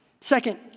Second